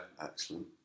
Excellent